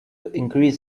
increase